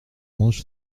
mange